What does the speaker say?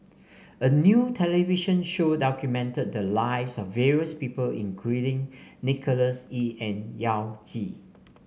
a new television show documented the lives of various people including Nicholas Ee and Yao Zi